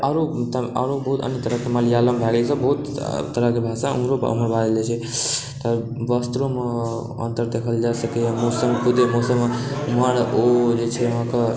आरो ओहि ठाम आरो बहुत अन्य तरहक मलयालम भए गेल इसब बहुत तरहके भाषा ओमहरो ओमहर बाजल जाइ छै तऽ वस्त्रोमे अन्तर देखल जा सकैए मौसम ओतऽ जे मौसम ओमहर ओ जे छै अहाँके